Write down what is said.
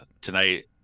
tonight